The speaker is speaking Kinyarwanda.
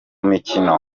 mikino